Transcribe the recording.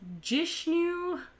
Jishnu